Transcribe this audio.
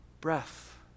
breath